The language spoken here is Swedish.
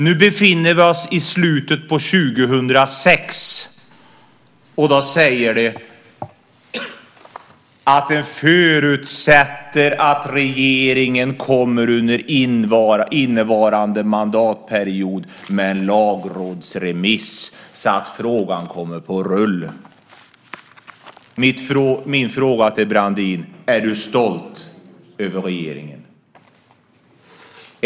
Nu befinner vi oss i slutet av 2005/06 och säger att vi förutsätter att regeringen under innevarande mandatperiod kommer med en lagrådsremiss, så att frågan kommer på rull. Mina frågor till Brandin är: Är du stolt över regeringen?